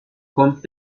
kommt